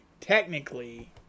technically